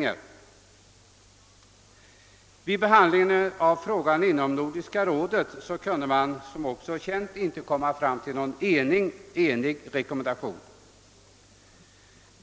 När frågan behandlades inom Nordiska rådet kunde man som bekant inte komma fram till någon enig rekommendation.